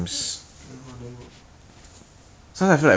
then end up not securing then zi quan !aiya! !wah! miss